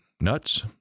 Nuts